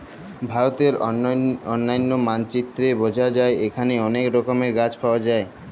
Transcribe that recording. ভারতের অলন্য মালচিত্রে বঝা যায় এখালে অলেক রকমের গাছ পায়া যায়